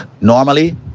Normally